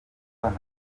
abana